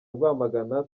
rwamagana